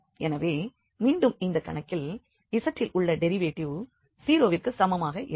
எனவே மீண்டும் இந்த கணக்கில் z இல் உள்ள டெரிவேட்டிவ் 0 விற்கு சமமாக இருக்கும்